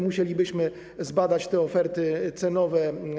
Musielibyśmy zbadać ich oferty cenowe.